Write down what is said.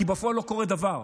כי בפועל לא קורה דבר.